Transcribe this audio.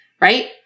right